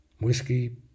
whiskey